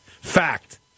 Fact